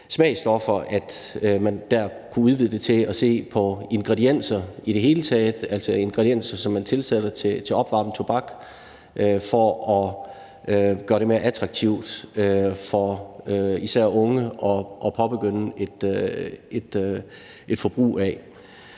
smagsstoffer, at man der kunne udvide det til at se på ingredienser i det hele taget, altså ingredienser, som man tilsætter til opvarmet tobak for at gøre det mere attraktivt for især unge at påbegynde et forbrug.